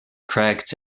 cracked